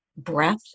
breath